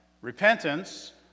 Repentance